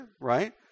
right